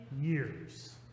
years